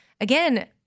again